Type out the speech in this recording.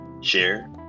share